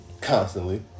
constantly